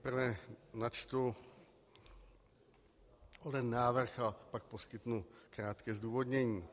Nejprve načtu onen návrh a pak poskytnu krátké zdůvodnění.